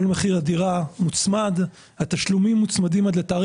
(תיקון הצמדת מחיר